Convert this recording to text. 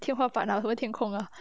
天花板啊什么天空啊